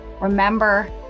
remember